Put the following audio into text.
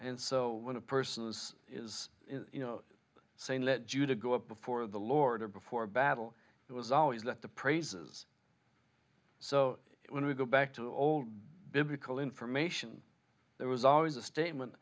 and so when a person's is you know saying let judah go up before the lord or before battle it was always that the praises so when we go back to old biblical information there was always a statement